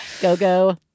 Go-Go